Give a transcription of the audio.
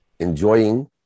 enjoying